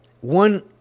One